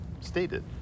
stated